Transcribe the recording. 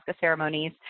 ceremonies